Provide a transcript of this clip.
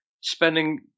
spending